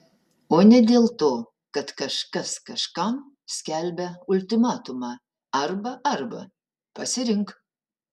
o ne dėl to kad kažkas kažkam skelbia ultimatumą arba arba pasirink